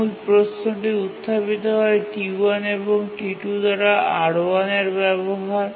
মূল প্রশ্নটি উত্থাপিত হয় T1 এবং T2 দ্বারা R1 এর ব্যবহার